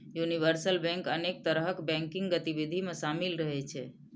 universal bank अनेक तरहक banking गतिविधि मे शामिल रहै छै